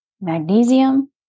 Magnesium